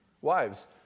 Wives